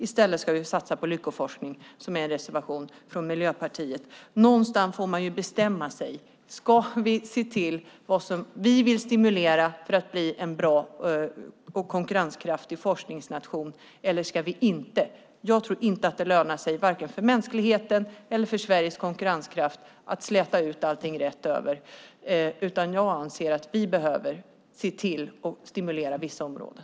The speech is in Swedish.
I stället ska de satsa på lyckoforskning, vilket framgår av en reservation från Miljöpartiet. Man måste bestämma sig. Ska vi stimulera så att Sverige blir en bra och konkurrenskraftig forskningsnation eller ska vi inte göra det? Jag tror inte att det lönar sig, för vare sig mänskligheten eller Sveriges konkurrenskraft, att vi slätar ut allting rätt över. Jag anser att vi i stället behöver stimulera vissa områden.